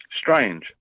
strange